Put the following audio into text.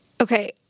Okay